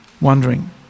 wondering